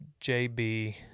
JB